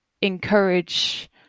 encourage –